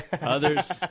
Others